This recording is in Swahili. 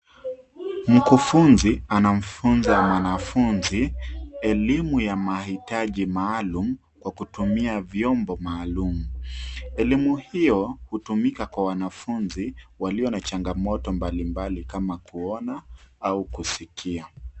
Mkufunzi anamfunza mwanafunzi elimu ya mahitaji maalum kwa kutumia vyombo maalum. Elimu hiyo hutumika kwa wanafunzi walio na changamoto mbalimbali kama kuona au kusikia.